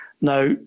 Now